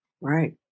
Right